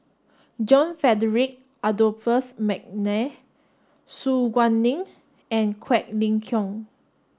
John Frederick Adolphus McNair Su Guaning and Quek Ling Kiong